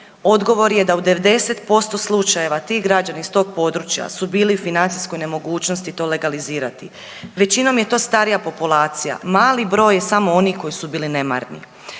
odgovor je da u 90% slučajeva ti građani s tog područja su bili u financijskoj nemogućnosti to legalizirati. Većinom je to starija populacija. Mali broj je samo onih koji su bili nemarni.